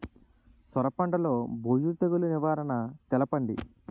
సొర పంటలో బూజు తెగులు నివారణ తెలపండి?